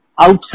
outside